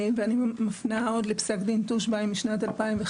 ואני מפנה עוד לפסק דין טושביים משנת 2005,